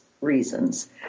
Reasons